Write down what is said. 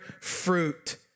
fruit